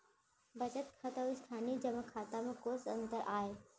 बचत खाता अऊ स्थानीय जेमा खाता में कोस अंतर आय?